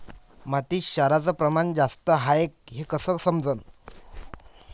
मातीत क्षाराचं प्रमान जास्त हाये हे कस समजन?